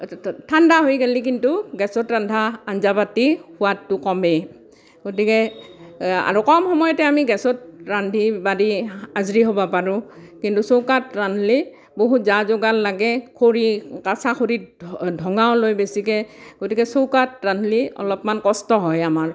ঠাণ্ডা হৈ গেলি কিন্তু গেছত ৰন্ধা আঞ্জা পাতি সোৱাদটো কমে গতিকে আৰু কম সময়তে আমি গেছত ৰান্ধি বাঢ়ি আজৰি হ'ব পাৰোঁ কিন্তু চৌকাত ৰান্ধিলে বহুত যা যোগাৰ লাগে খৰিত কেঁচা খৰিত ধোঁঙা ওলায় বেছিকৈ গতিকে চৌকাত ৰান্ধলি অলপমান কষ্ট হয় আমাৰ